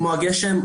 כמו הגשם,